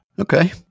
Okay